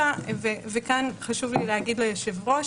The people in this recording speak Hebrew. וכאן חשוב לי להגיד ליושב-ראש